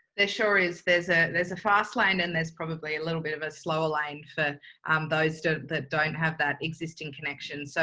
there sure is, there's ah there's a fast lane. and there's probably a little bit of a slower lane for um those that don't have that existing connection. so,